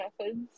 methods